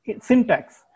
syntax